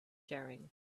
sharing